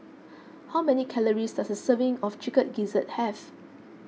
how many calories does a serving of Chicken Gizzard have